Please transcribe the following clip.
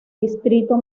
distrito